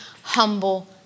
humble